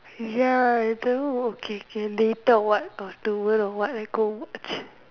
ya I don't know oh K K later or what after work or what I go watch